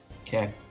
okay